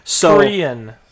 Korean